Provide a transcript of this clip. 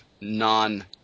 non